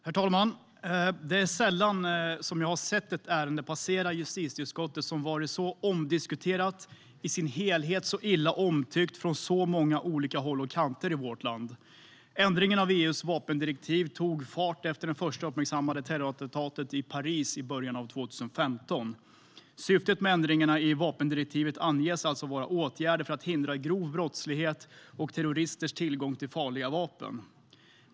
Herr talman! Det är sällan som jag har sett ett ärende passera justitieutskottet som har varit så omdiskuterat och i sin helhet så illa omtyckt från så många olika håll och kanter i vårt land. Ändringen av EU:s vapendirektiv tog fart efter det första uppmärksammade terrorattentatet i Paris i början av 2015. Syftet med ändringarna i vapendirektivet anges alltså vara att man ska kunna vidta åtgärder för att hindra grov brottslighet och terroristers tillgång till farliga vapen.